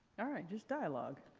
all right, just dialogue.